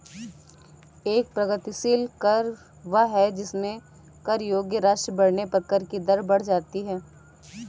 एक प्रगतिशील कर वह है जिसमें कर योग्य राशि बढ़ने पर कर की दर बढ़ जाती है